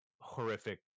horrific